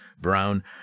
Brown